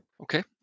okay